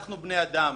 אנחנו בני אדם